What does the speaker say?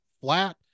flat